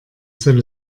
soll